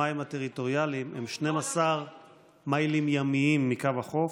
המים הטריטוריאליים הם 12 מיילים ימיים מקו החוף,